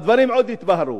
והדברים עוד יתבהרו.